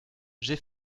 j’ai